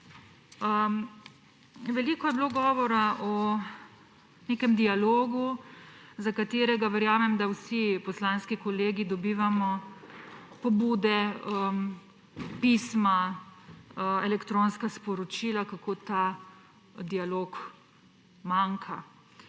Veliko je bilo govora o nekem dialogu, za katerega verjamem, da vsi poslanski kolegi dobivamo pobude, pisma, elektronska sporočila, kako ta dialog manjka.